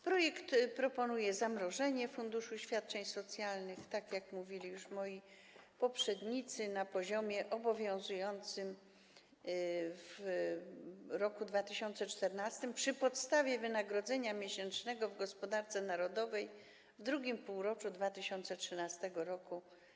Projekt proponuje zamrożenie funduszu świadczeń socjalnych, tak jak mówili już moi poprzednicy, na poziomie obowiązującym w roku 2014 przy podstawie wynagrodzenia miesięcznego w gospodarce narodowej w II półroczu 2013 r.